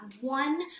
one